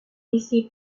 laissé